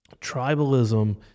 Tribalism